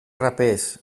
rapers